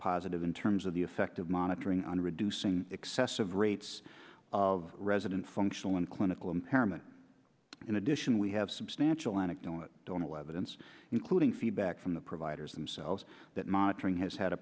positive in terms of the effect of monitoring on reducing excessive rates of resident functional and clinical impairment in addition we have substantial anecdotal i don't know whether it's including feedback from the providers themselves that monitoring has had a